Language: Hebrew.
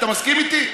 אתה מסכים איתי?